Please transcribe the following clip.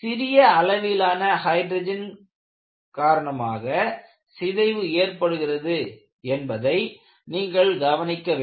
சிறிய அளவிலான ஹைட்ரஜன் காரணமாக சிதைவு ஏற்படுகிறது என்பதை நீங்கள் கவனிக்க வேண்டும்